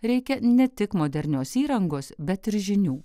reikia ne tik modernios įrangos bet ir žinių